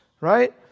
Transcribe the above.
right